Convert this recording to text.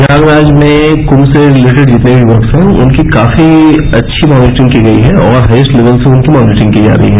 प्रयागराज में कुंम से रिलेटेड जितनें भी वर्क्स हैं उनकी काफी अच्छी मॉनिटनिंग की गयी है और हाइएस्ट लेवल पर उनकी मॉनिटरिंग की जा रही हैं